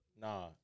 Nah